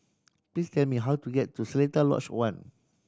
please tell me how to get to Seletar Lodge One